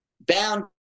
bound